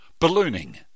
Ballooning